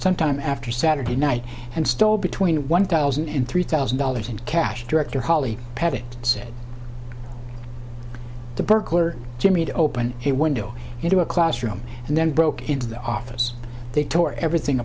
sometime after saturday night and stole between one thousand and three thousand dollars in cash director holly pettit said the burglar jimmied open a window into a classroom and then broke into the office they tore everything